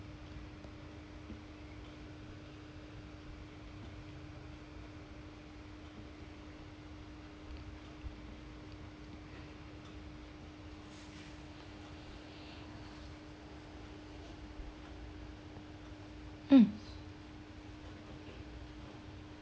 mm